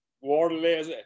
waterless